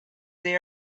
they